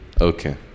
Okay